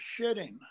shitting